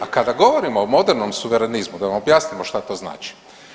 A kada govorimo o modernom suverenizmu da vam objasnimo što to znači.